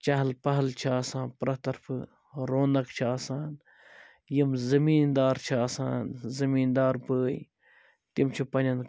چہل پہل چھِ آسان پرٛٮ۪تھ طرفہٕ رونق چھِ آسان یِم زمیٖندار چھِ آسان زمیٖندار بٲے تِم چھِ پَنٛنٮ۪ن